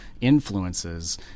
influences